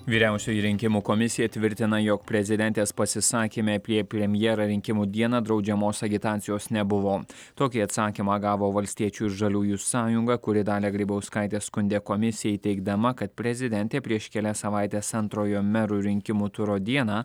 vyriausioji rinkimų komisija tvirtina jog prezidentės pasisakyme apie premjerą rinkimų dieną draudžiamos agitacijos nebuvo tokį atsakymą gavo valstiečių ir žaliųjų sąjunga kuri dalią grybauskaitę skundė komisijai teigdama kad prezidentė prieš kelias savaites antrojo merų rinkimų turo dieną